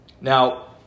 Now